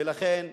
ולכן,